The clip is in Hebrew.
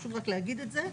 חשוב להגיד את זה.